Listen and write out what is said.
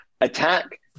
attack